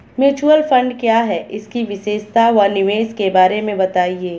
Mutual fund क्या है इसकी विशेषता व निवेश के बारे में बताइये?